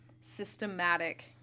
systematic